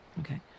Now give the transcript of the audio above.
Okay